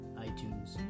iTunes